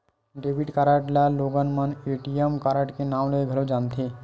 debit card ल लोगन मन ए.टी.एम कारड के नांव ले घलो जानथे